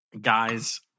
guys